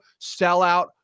sellout